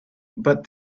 but